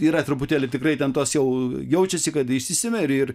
yra truputėlį tikrai ten tos jau jaučiasi kad išsisemia ir